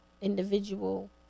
individual